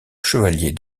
chevalier